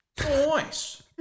Nice